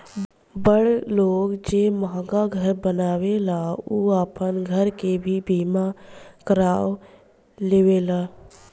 बड़ लोग जे महंगा घर बनावेला उ आपन घर के भी बीमा करवा लेवेला